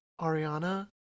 ariana